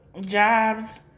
jobs